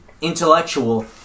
intellectual